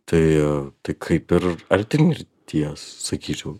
tai tai kaip ir arti mirties sakyčiau